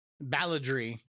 balladry